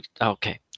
Okay